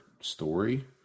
story